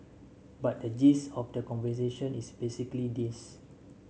but the gist of the conversation is basically this